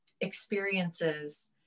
experiences